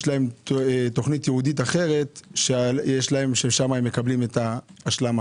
יש להם תוכנית ייעודית אחרת ששם הם מקבלים את ההשלמה.